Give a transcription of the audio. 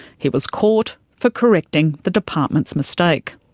he was caught for correcting the department's mistake.